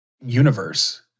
universe